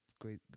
great